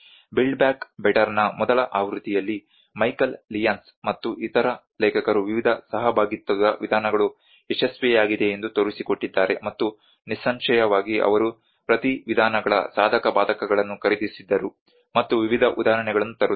build back ಬೆಟ್ಟರ್ನ ಮೊದಲ ಆವೃತ್ತಿಯಲ್ಲಿ ಮೈಕೆಲ್ ಲಿಯಾನ್ಸ್ ಮತ್ತು ಇತರ ಲೇಖಕರು ವಿವಿಧ ಸಹಭಾಗಿತ್ವದ ವಿಧಾನಗಳು ಯಶಸ್ವಿಯಾಗಿವೆ ಎಂದು ತೋರಿಸಿಕೊಟ್ಟಿದ್ದಾರೆ ಮತ್ತು ನಿಸ್ಸಂಶಯವಾಗಿ ಅವರು ಪ್ರತಿ ವಿಧಾನಗಳ ಸಾಧಕ ಬಾಧಕಗಳನ್ನು ಖರೀದಿಸಿದರು ಮತ್ತು ವಿವಿಧ ಉದಾಹರಣೆಗಳನ್ನು ತರುತ್ತಾರೆ